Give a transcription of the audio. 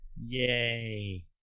Yay